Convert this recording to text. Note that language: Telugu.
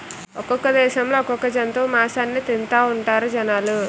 ఒక్కొక్క దేశంలో ఒక్కొక్క జంతువు మాసాన్ని తింతాఉంటారు జనాలు